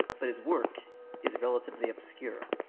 but his work is relatively obscure.